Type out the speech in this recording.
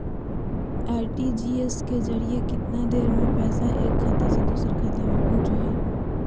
RTGS के जरिए कितना देर में पैसा एक खाता से दुसर खाता में पहुचो है?